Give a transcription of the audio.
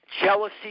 jealousy